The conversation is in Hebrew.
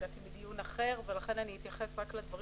הגעתי מדיון אחר ולכן אתייחס ספציפית לדברים